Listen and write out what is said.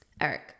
Eric